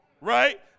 right